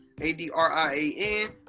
A-D-R-I-A-N